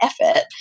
effort